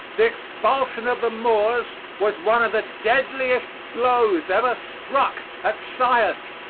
the expulsion of the moors was one of the deadliest blows ever struck at science,